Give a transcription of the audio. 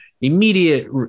immediate